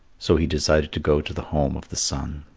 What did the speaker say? so he decided to go to the home of the sun.